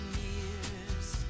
years